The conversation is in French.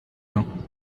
mains